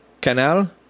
Canal